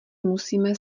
musíme